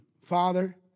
Father